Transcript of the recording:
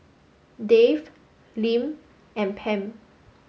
Dave Lim and Pam